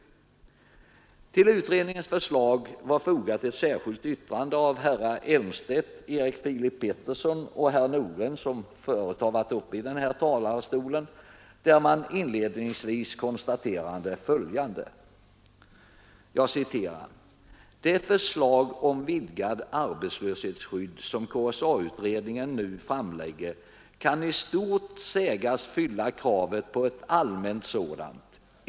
Till utredningens förslag var fogat ett särskilt yttrande av herrar Elmstedt, Erik Filip Petersson och Nordgren — den sistnämnde har ju förut varit uppe i denna talarstol — där man inledningsvis konstaterade följande: ”Det förslag om vidgat arbetslöshetsskydd som KSA-utredningen nu framlägger kan i stort sett sägas fylla kravet på ett allmänt sådant.